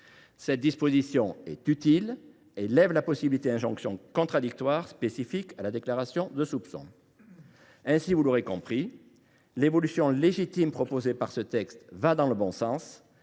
Cette disposition utile lève la possibilité d’injonction contradictoire spécifique à la déclaration de soupçon. Vous l’aurez compris, l’évolution – légitime – prévue par ce texte va dans le bon sens,